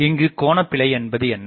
இங்கு கோணபிழை என்பது என்ன